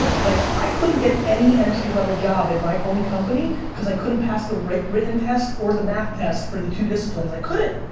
like, i couldn't get any entry level job in my own company cause i couldn't pass the written test or the math test for the two disciplines, i couldn't.